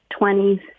20s